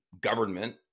government